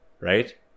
right